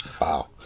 Wow